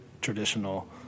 traditional